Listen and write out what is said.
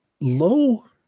Low